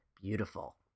beautiful